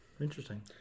Interesting